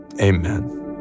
Amen